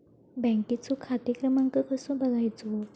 बँकेचो खाते क्रमांक कसो बगायचो?